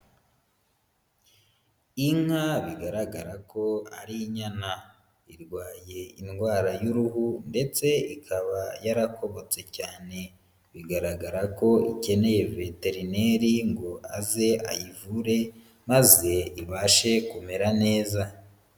Inka bigaragara ko ari inyana, irwaye indwara y'uruhu ndetse ikaba yarakobotse cyane, bigaragara ko ikeneye veterineri ngo aze ayivure maze ibashe kumera neza.